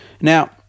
Now